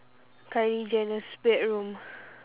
kylie jenner's bedroom